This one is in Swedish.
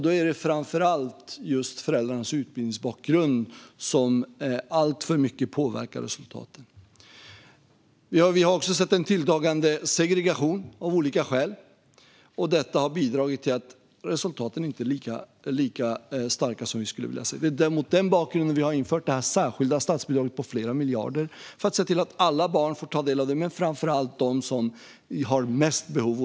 Det är framför allt föräldrarnas utbildningsbakgrund som alltför mycket påverkar resultaten. Vi har också sett en tilltagande segregation av olika skäl. Det har bidragit till att resultaten inte är lika starka som vi skulle vilja. Det är mot denna bakgrund som vi har infört det särskilda statsbidraget på flera miljarder. Alla barn ska få ta del av det, men framför allt de barn som har mest behov.